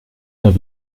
neuf